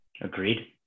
Agreed